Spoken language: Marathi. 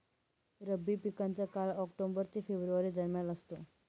रब्बी पिकांचा काळ ऑक्टोबर ते फेब्रुवारी दरम्यान असतो